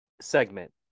segment